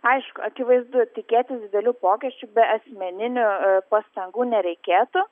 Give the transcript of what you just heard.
aišku akivaizdu tikėtis didelių pokyčių be asmeninių pastangų nereikėtų